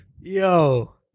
Yo